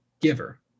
giver